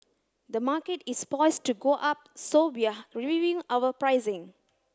the market is poised to go up so we're reviewing our pricing